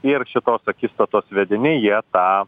ir šitos akistatos vedini jie tą